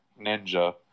ninja